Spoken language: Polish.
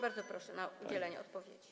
Bardzo proszę o udzielenie odpowiedzi.